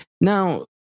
Now